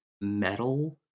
metal